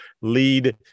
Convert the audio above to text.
lead